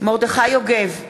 מרדכי יוגב,